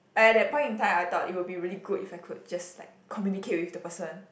I at that point in time I thought it would be really good if I could just like communicate with the person